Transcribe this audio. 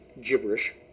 gibberish